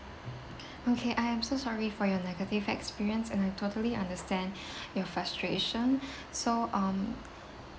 okay I am so sorry for your negative experience and I totally understand your frustration so um